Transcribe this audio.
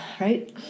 right